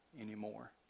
anymore